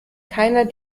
keiner